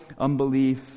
unbelief